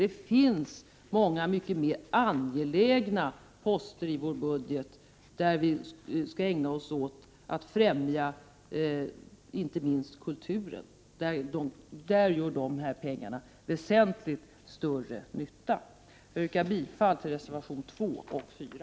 Det finns många mycket mer angelägna poster i vår budget där vi skall ägna oss åt att främja inte minst kulturen. Där gör dessa pengar väsentligt större nytta. Jag yrkar bifall till reservationerna 2 och 4.